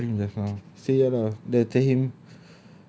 ya I call him just now say ya lah then I tell him